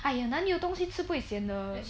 !aiya! 哪里有东西吃不会 sian 的